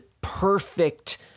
perfect